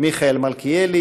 מיכאל מלכיאל,